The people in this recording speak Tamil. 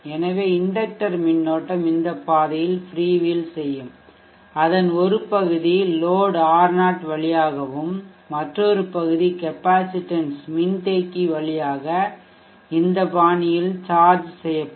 எனவே இண்டக்டர் மின்னோட்டம் இந்த பாதையில் ஃப்ரீவீல் செய்யும் அதன் ஒரு பகுதி லோட் R0 வழியாகவும் மற்றொரு பகுதி கெப்பாசிட்டன்ஸ் மின்தேக்கி வழியாக இந்த பாணியில் சார்ஜ் செய்யப்படும்